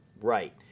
right